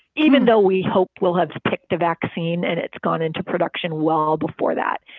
even though we hope we'll have picked a vaccine and it's gone into production well before that.